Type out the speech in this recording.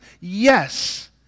Yes